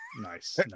Nice